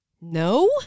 No